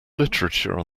literature